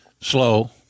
slow